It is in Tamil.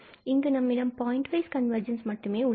இங்கு நம்மிடம் பாயிண்ட் வைஸ் கன்வர்ஜென்ஸ் மட்டுமே உள்ளது